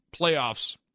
playoffs